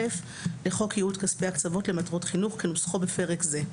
לחוק ייעוד כספי הקצבות למטרות חינוך כנוסחו בפרק זה.